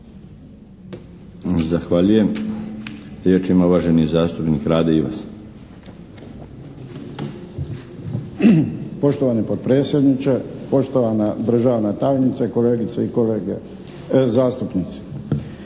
Zahvaljujem. Riječ ima uvaženi zastupnik Rade Ivas. **Ivas, Rade (HDZ)** Poštovani potpredsjednice, poštovana državna tajnice, kolegice i kolege zastupnici.